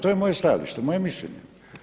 To je moje stajalište, moje mišljenje.